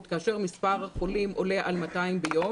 כאשר מספר החולים עולה על 200 ביום.